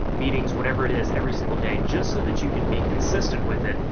meetings, whatever it is, every single day just so that you can be consistent with it,